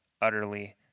utterly